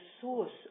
source